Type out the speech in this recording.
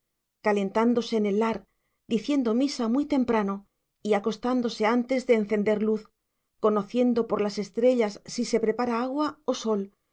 calentándose en el lar diciendo misa muy temprano y acostándose antes de encender luz conociendo por las estrellas si se prepara agua o sol